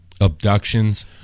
abductions